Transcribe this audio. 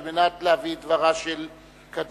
על מנת להביא את דברה של קדימה.